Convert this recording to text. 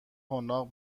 حناق